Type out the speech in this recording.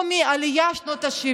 הוא מהעלייה של שנות השבעים.